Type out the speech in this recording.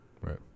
Right